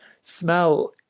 smell